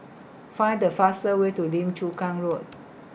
Find The fastest Way to Lim Chu Kang Road